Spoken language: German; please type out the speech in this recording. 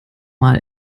mal